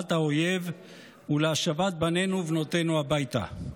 להכרעת האויב ולהשבת בנינו ובנותינו הביתה.